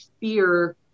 fear